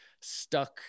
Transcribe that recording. stuck